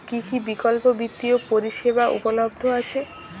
কী কী বিকল্প বিত্তীয় পরিষেবা উপলব্ধ আছে?